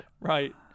Right